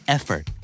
Effort